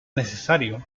necesario